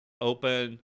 open